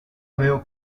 veo